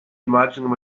imagining